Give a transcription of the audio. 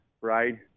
right